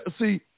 see